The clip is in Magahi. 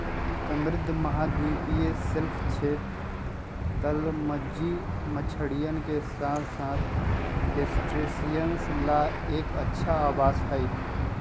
समृद्ध महाद्वीपीय शेल्फ क्षेत्र, तलमज्जी मछलियन के साथसाथ क्रस्टेशियंस ला एक अच्छा आवास हई